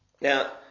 Now